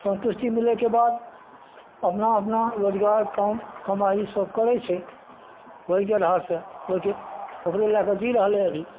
सन्तुष्टि मिलैके बाद अपना अपना रोजगार काम कमाइ सभ करै छै ओहिके आधारसे ओहिके ओकरे लैके जी रहलै अभी